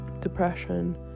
depression